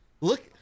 Look